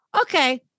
okay